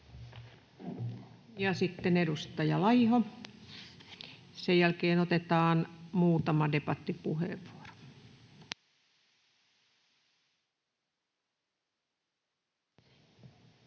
Sitten edustaja Laiho. Sen jälkeen otetaan muutama debattipuheenvuoro.